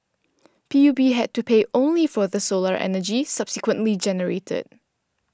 P U B had to pay only for the solar energy subsequently generated